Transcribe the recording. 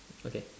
okay